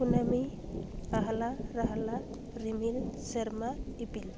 ᱠᱩᱱᱟᱹᱢᱤ ᱟᱦᱚᱞᱟ ᱨᱟᱦᱚᱞᱟ ᱨᱤᱢᱤᱞ ᱥᱮᱨᱢᱟ ᱤᱯᱤᱞ